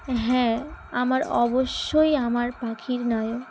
হ্যাঁ আমার অবশ্যই আমার পাখির নায়ক